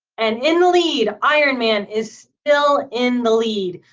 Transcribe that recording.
and in the lead ironman is still in the lead,